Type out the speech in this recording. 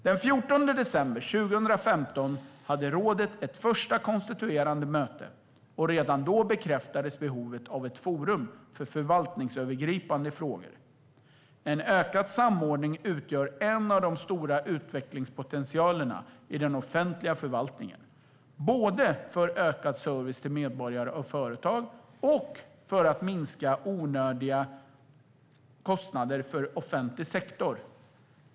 Den 14 december 2015 hade rådet ett första konstituerande möte, och redan då bekräftades behovet av ett forum för förvaltningsövergripande frågor. En ökad samordning utgör en av de stora utvecklingspotentialerna i den offentliga förvaltningen, både för ökad service till medborgare och företag och för att minska onödiga kostnader för offentlig sektor.